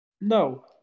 No